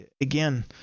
again